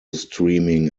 streaming